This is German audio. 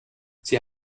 sie